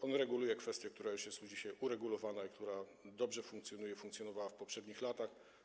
On reguluje kwestię, która jest już dzisiaj uregulowana i która dobrze funkcjonuje i funkcjonowała w poprzednich latach.